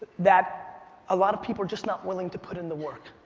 that a lot of people are just not willing to put in the work.